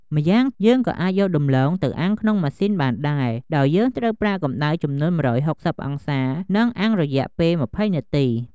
ម្យ៉ាងយើងក៏អាចយកដំទ្បូងទៅអាំងក្នុងម៉ាស៊ីនបានដែរ ដោយយើងត្រូវប្រើកម្ដៅចំនួន១៦០អង្សា និងអាំងរយៈពេល២០នាទី។